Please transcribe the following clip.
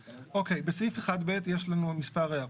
בסעיף 1ב יש לנו מספר הערות.